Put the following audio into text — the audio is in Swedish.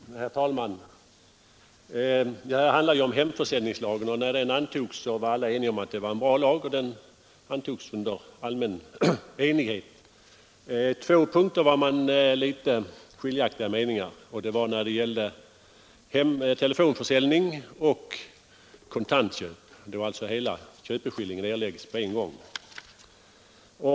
Herr talman! Det här betänkandet handlar om hemförsäljningslagen. När den lagen antogs var alla ense om att det var en bra lag. Men på två punkter var meningarna litet skiljaktiga, nämligen dels när det gällde telefonförsäljning, dels sådana kontantköp där hela köpeskillingen erläggs med en gång.